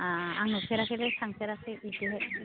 अ आं नुफेराखैलै थांफेराखै बिथिंहाय